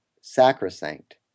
sacrosanct